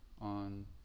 on